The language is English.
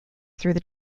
through